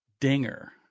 Dinger